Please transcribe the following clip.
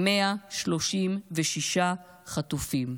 136 חטופים.